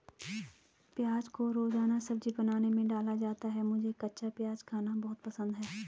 प्याज को रोजाना सब्जी बनाने में डाला जाता है मुझे कच्चा प्याज खाना बहुत पसंद है